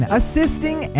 assisting